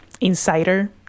insider